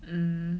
um